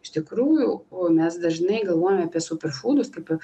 iš tikrųjų o mes dažnai galvojam apie super fūdus kaip